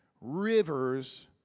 Rivers